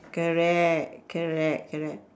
correct correct correct